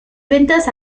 ventas